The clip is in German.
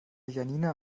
janina